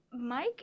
Mike